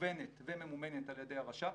מוכוונת וממומנת על ידי הרש"פ